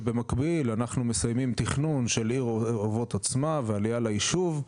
ובמקביל אנחנו מסיימים תכנון של עיר אובות עצמה ועליה לישוב,